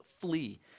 flee